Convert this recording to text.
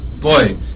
Boy